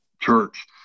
church